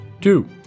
two